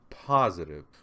positive